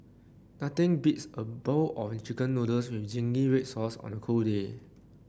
nothing beats a bowl of chicken noodles with zingy red sauce on a cold day